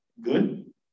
good